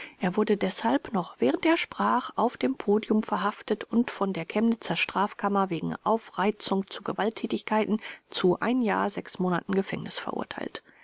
er wurde deshalb noch während er sprach auf dem podium verhaftet und von der chemnitzer strafkammer wegen aufreizung zu gewalttätigkeiten zu jahr monaten gefängnis verurteilt